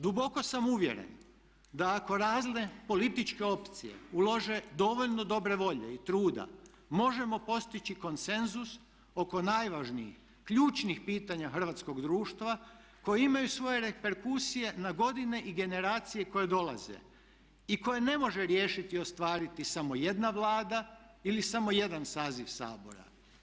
Duboko sam uvjeren da ako razne političke opcije ulože dovoljno dobre volje i truda možemo postići konsenzus oko najvažnijih ključnih pitanja hrvatskog društva koji imaju svoje reperkusije na godine i generacije koje dolaze i koje ne može riješiti i ostvariti samo jedna Vlada ili samo jedan saziv Sabora.